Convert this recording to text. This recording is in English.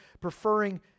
preferring